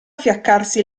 fiaccarsi